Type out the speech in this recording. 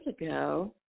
ago